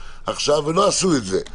ולא עשו את זה.